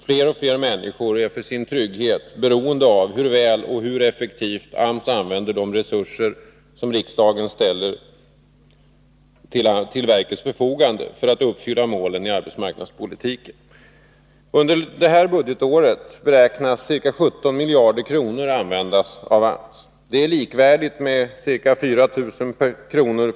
Fler och fler människor är för sin trygghet beroende av hur väl och hur effektivt AMS använder de resurser som riksdagen ställer till verkets förfogande för att uppfylla målen i arbetsmarknadspolitiken. Under detta budgetår beräknas ca 17 miljarder kronor användas av AMS. Det är likvärdigt med ca 4 000 kr.